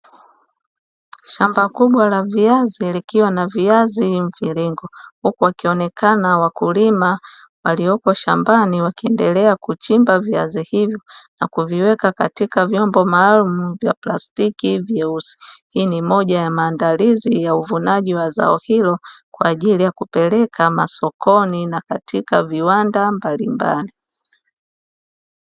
Shamba kubwa la viazi likiwa na viazi mviringo, huku wakionekana wakulima walioko shambani wakiendelea kuchimba viazi hivyo na kuviweka katika vyombo maalumu vya plastiki vyeusi; hii ni moja ya maandalizi ya uvunaji wa zao hilo kwa ajili ya kupeleka masokoni na katika viwanda mbalimbali.